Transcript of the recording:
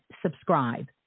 subscribe